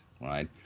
Right